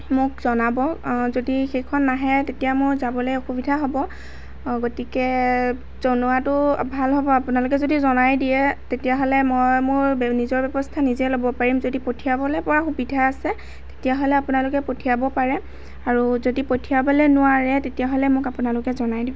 মোক জনাব যদি সেইখন নাহে তেতিয়া মোৰ যাবলৈ অসুবিধা হ'ব গতিকে জনোৱাতো ভাল হ'ব আপোনালোকে যদি জনাই দিয়ে তেতিয়াহ'লে মই মোৰ নিজৰ ব্যৱস্থা নিজেই ল'ব পাৰিম যদি পঠিয়াবলৈ পৰা সুবিধা আছে তেতিয়াহ'লে আপোনালোকে পঠিয়াব পাৰে আৰু যদি পঠিয়াবলৈ নোৱাৰে তেতিয়াহ'লে মোক আপোনালোকে জনাই দিব